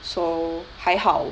so 还好